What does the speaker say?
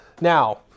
Now